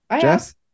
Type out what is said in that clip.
Jess